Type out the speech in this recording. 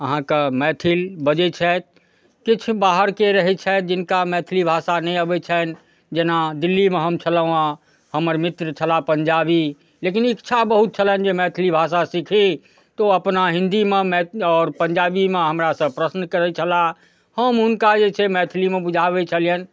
अहाँके मैथिल बजै छथि किछु बाहरके रहै छथि जिनका मैथिली भाषा नहि अबै छनि जेना दिल्लीमे हम छलहुँ हँ हमर मित्र छलाह पञ्जाबी लेकिन इच्छा बहुत छलनि जे मैथिली भाषा सीखी तऽ ओ अपना हिन्दीमे मैथिली आओर पञ्जाबीमे हमरासँ प्रश्न करै छलाह हम हुनका जे छै मैथिलीमे बुझाबै छलिअनि